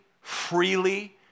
freely